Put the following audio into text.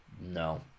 No